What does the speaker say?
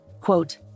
quote